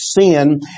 sin